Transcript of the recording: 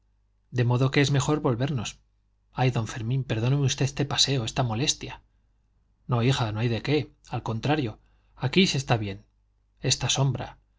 de modo que es mejor volvernos ay don fermín perdóneme usted este paseo esta molestia no hija no hay de qué al contrario aquí se está bien esta sombra